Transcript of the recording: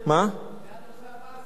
זה הנושא הבא בסדר-היום.